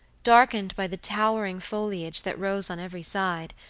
darkened by the towering foliage that rose on every side,